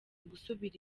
gusubira